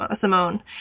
Simone